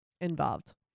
involved